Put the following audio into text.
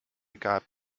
gab